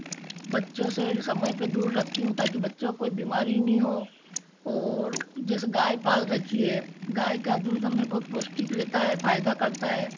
बच्चों से समय पर दूर रखती हूँ ताकि बच्चों कोई बीमारी नहीं हो और जिस गाय पाल रखी है गाय का दूध हम में बहुत पौष्टिक रहता है फ़ायदा करता है